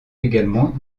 également